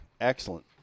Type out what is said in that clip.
excellent